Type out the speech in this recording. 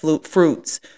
fruits